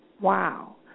Wow